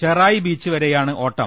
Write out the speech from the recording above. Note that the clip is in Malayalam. ചെറായി ബീച്ച് വരെ യാണ് ഓട്ടം